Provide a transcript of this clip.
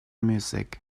music